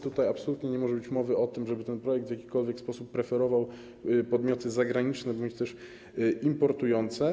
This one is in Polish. Tutaj absolutnie nie może być mowy o tym, żeby ten projekt w jakikolwiek sposób preferował podmioty zagraniczne bądź też importujące.